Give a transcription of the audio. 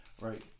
Right